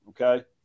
Okay